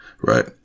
right